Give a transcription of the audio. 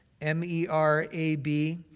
M-E-R-A-B